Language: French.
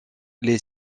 les